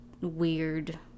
weird